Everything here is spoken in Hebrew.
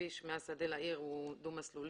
הכביש מהשדה לעיר הוא דו-מסלולי,